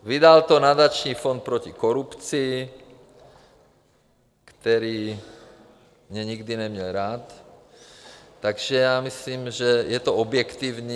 Vydal to Nadační fond proti korupci, který mě nikdy neměl rád, takže si myslím, že to je objektivní.